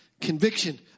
Conviction